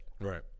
right